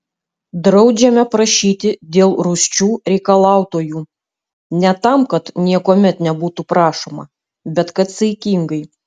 draudžiame prašyti dėl rūsčių reikalautojų ne tam kad niekuomet nebūtų prašoma bet kad saikingai